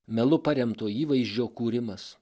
melu paremto įvaizdžio kūrimas